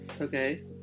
Okay